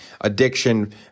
addiction